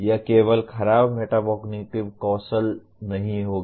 यह केवल खराब मेटाकोग्निटिव कौशल नहीं होगा